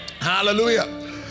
Hallelujah